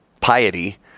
piety